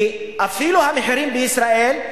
כי אפילו המחירים בישראל,